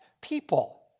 people